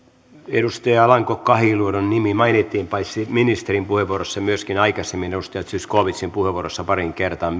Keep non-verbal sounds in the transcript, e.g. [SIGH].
edustaja alanko kahiluodon nimi mainittiin paitsi ministerin puheenvuorossa myöskin aikaisemmin edustaja zyskowiczin puheenvuorossa pariin kertaan [UNINTELLIGIBLE]